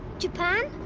japan?